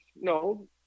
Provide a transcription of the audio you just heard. No